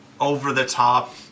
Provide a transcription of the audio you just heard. over-the-top